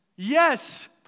Yes